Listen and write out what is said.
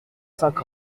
cinq